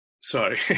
Sorry